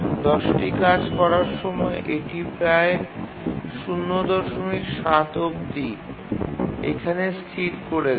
১০ টি কাজ করার সময় এটি প্রায় ০৭ অবধি এখানে স্থির করে দেয়